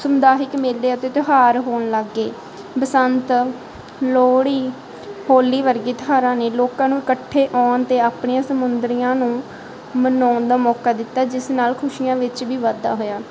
ਸਮੁਦਾਇਕ ਮੇਲੇ ਅਤੇ ਤਿਉਹਾਰ ਹੋਣ ਲੱਗ ਗਏ ਬਸੰਤ ਲੋਹੜੀ ਹੋਲੀ ਵਰਗੇ ਤਿਉਹਾਰਾਂ ਨੇ ਲੋਕਾਂ ਨੂੰ ਇਕੱਠੇ ਆਉਣ ਅਤੇ ਆਪਣੀਆਂ ਸਮੁੰਦਰੀਆਂ ਨੂੰ ਮਨਾਉਣ ਦਾ ਮੌਕਾ ਦਿੱਤਾ ਜਿਸ ਨਾਲ ਖੁਸ਼ੀਆਂ ਵਿੱਚ ਵੀ ਵਾਧਾ ਹੋਇਆ